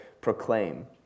Proclaim